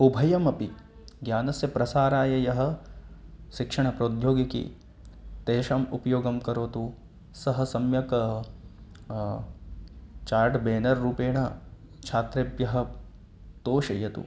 उभयमपि ज्ञानस्य प्रसाराय यः शिक्षणप्रौद्योगिकी तेषाम् उपयोगं करोतु सः सम्यक् चार्ड् ब्येनर् रूपेण छात्रेभ्यः तोषयतु